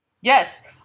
Yes